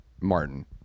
Martin